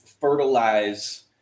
fertilize